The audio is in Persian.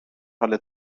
حال